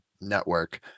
network